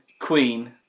Queen